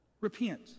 Repent